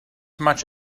much